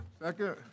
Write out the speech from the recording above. Second